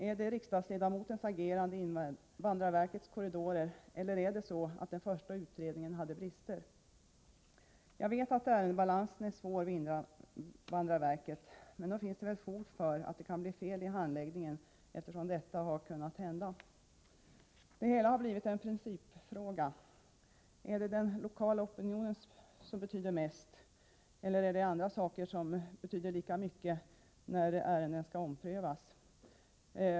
Är det riksdagsledamotens agerande i invandrarverkets korridorer eller hade den första utredningen brister? Jag vet att ärendebalansen är besvärlig i invandrarverket, men nog finns det fog för uppfattningen att det kan bli felaktigheter i ärendebehandlingen, eftersom detta har kunnat hända. Det hela har blivit en principfråga. Är det den lokala opinionen som betyder mest eller betyder andra saker lika mycket när ärenden skall omprövas?